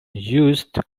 used